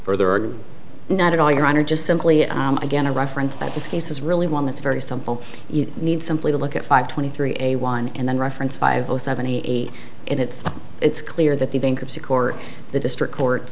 for there are not at all your honor just simply again a reference that this case is really one that's very simple you need simply to look at five twenty three a one and then reference five zero seventy eight and it's it's clear that the bankruptcy court the district court